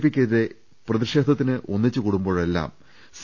പിക്കെതിരേ പ്രതിഷേധത്തിന് ഒന്നിച്ചുകൂടുമ്പോഴെല്ലാം സി